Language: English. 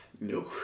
no